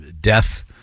Death